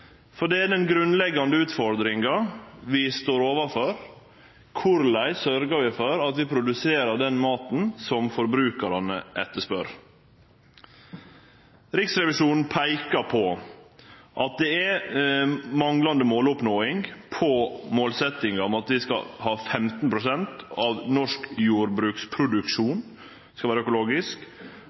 For det er den grunnleggjande utfordringa vi står overfor: Korleis sørgjer vi for at vi produserer den maten som forbrukarane etterspør? Riksrevisjonen peikar på at ein ikkje har nådd målsetjinga om at 15 pst. av norsk jordbruksproduksjon og 15 pst. av forbruket skal vere økologisk